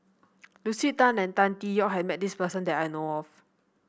Lucy Tan and Tan Tee Yoke has met this person that I know of